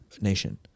nation